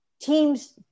teams